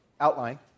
outline